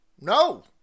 no